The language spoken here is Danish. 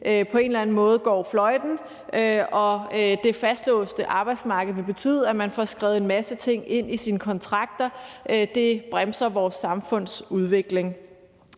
på en eller anden måde går fløjten. Og det fastlåste arbejdsmarked vil betyde, at man får skrevet en masse ting ind i sine kontrakter. Det bremser vores samfundsudvikling.